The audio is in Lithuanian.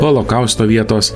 holokausto vietos